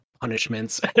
Punishments